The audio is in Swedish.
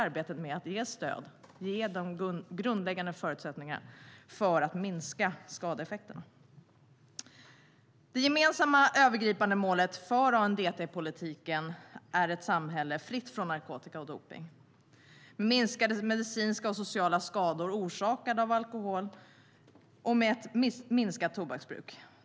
Det är en grundläggande förutsättning för att kunna minska skadeeffekterna. Det gemensamma övergripande målet för ANDT-politiken är ett samhälle fritt från narkotika och dopning med minskade medicinska och sociala skador orsakade av alkohol och med ett minskat tobaksbruk.